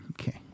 Okay